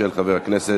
של חבר הכנסת